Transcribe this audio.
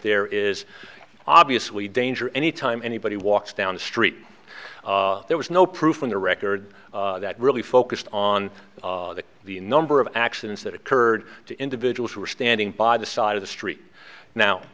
there is obviously danger any time anybody walks down the street there was no proof in the record that really focused on the number of accidents that occurred to individuals who were standing by the side of the street now